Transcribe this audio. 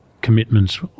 commitments